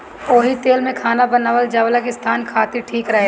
ओही तेल में खाना बनेला जवन की स्वास्थ खातिर ठीक रहेला